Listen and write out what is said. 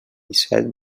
disset